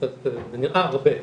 זה נראה הרבה,